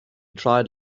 tried